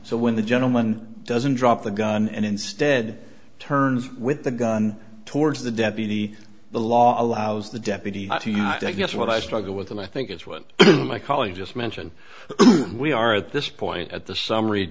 so when the gentleman doesn't drop the gun and instead turns with the gun towards the deputy the law allows the deputy to guess what i struggle with and i think it's what my colleague just mentioned we are at this point at the summary